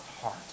heart